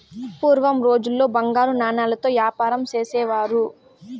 పూర్వం రోజుల్లో బంగారు నాణాలతో యాపారం చేసేవారు